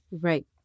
Right